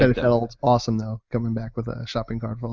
um felt awesome though coming back with a shopping cart full